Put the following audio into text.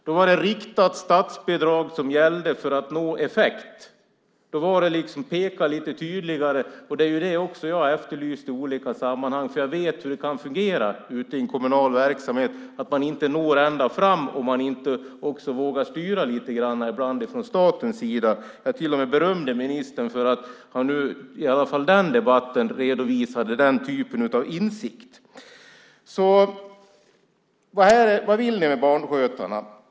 Då var det riktat statsbidrag som gällde för att nå effekt; det var att liksom peka lite tydligare. Det är vad jag efterlyst i olika sammanhang, för jag vet hur det kan fungera ute i en kommunal verksamhet. Man når inte ända fram om man inte ibland också vågar styra lite grann från statens sida. Jag till och med berömde ministern för att han i alla fall i den debatten redovisade den typen av insikt. Vad vill ni alltså med barnskötarna?